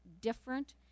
different